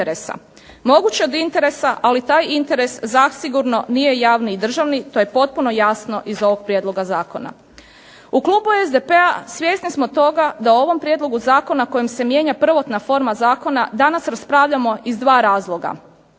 Mogu od interesa, ali taj interes zasigurno nije javni i državni i to je potpuno jasno iz ovog Prijedloga zakona. U Klubu SDP-a svjesni smo toga da ovom prijedlogu zakona kojim se mijenja prvotna forma Zakona, danas raspravljamo iz dva razloga.